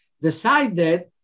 decided